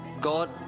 God